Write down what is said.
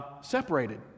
separated